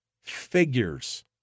figures